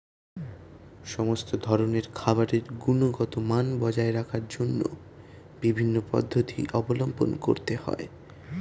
সমস্ত ধরনের খাবারের গুণগত মান বজায় রাখার জন্য বিভিন্ন পদ্ধতি অবলম্বন করতে হয়